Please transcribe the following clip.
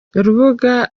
urubuga